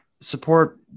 support